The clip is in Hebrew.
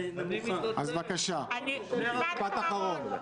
משפט אחרון.